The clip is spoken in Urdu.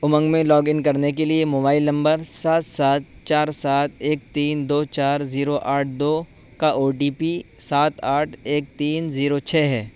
امنگ میں لاگ ان کرنے کے لیے موبائل نمبر سات سات چار سات ایک تین دو چار زیرو آٹھ دو کا او ٹی پی سات آٹھ ایک تین زیرو چھ ہے